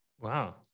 Wow